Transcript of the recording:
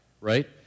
right